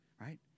Right